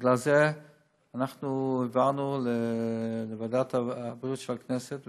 בגלל זה העברנו לוועדת הבריאות של הכנסת,